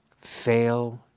fail